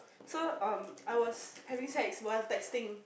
so um I was having sex while texting